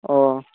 ఓ